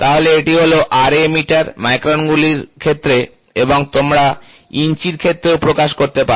তাহলে এটি হলো Raমিটার মাইক্রন গুলির ক্ষেত্রে এবং তোমরা ইঞ্চির ক্ষেত্রেও প্রকাশ করতে পারো